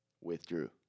Withdrew